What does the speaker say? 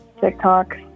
TikTok